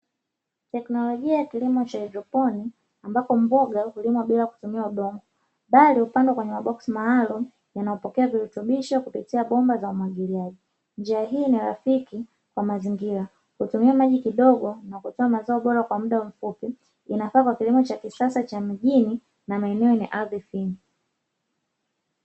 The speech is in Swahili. Teknolojia ya kilimo cha haidroponi ambako mboga hulimwa bila kutumia udongo bali hupangwa kwenye maboksi maalumu inapokea virutubisho kupitia bomba za umwagiliaji, njia hii ni rafiki kwa mazingira hutumia maji kidogo na kutoa mazao bora kwa muda mfupi inafaa kwa kilimo cha kisasa cha mjini na maeneo yenye ardhi finyu.